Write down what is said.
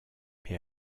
mais